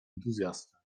entuzjastę